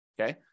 okay